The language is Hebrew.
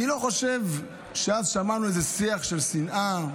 אני לא חושב שאז שמענו איזה שיח של שנאה,